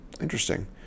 interesting